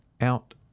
out